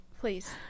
Please